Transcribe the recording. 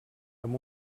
amb